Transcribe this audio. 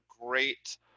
great